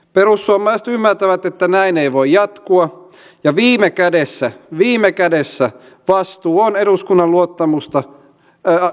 perussuomalaiset ymmärtävät että näin ei voi jatkua ja viime kädessä vastuu on eduskunnan luottamusta nauttivalla hallituksella